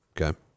Okay